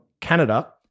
Canada